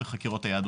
בחקירות היהדות.